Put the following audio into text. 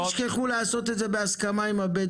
רק אל תשכחו לעשות את זה בהסכמה עם הבדואים,